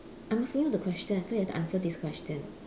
I'm asking you the question so you have to answer this question